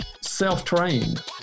self-trained